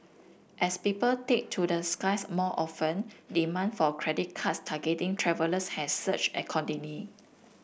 as people take to the skies more often demand for credit cards targeting travellers has surged accordingly